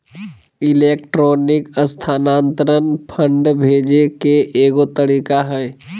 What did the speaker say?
electronic स्थानान्तरण fund भेजे के एगो तरीका हइ